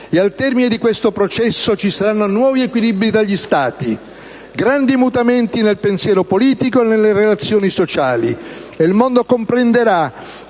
Al termine di questo processo ci saranno nuovi equilibri tra gli Stati, grandi mutamenti nel pensiero politico e nelle relazioni sociali e il mondo comprenderà